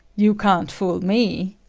you can't fool me!